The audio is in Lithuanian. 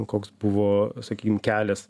koks buvo sakykim kelias